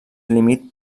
límit